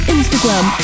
Instagram